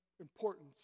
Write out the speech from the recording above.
importance